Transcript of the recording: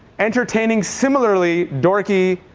entertaining similarly dorky,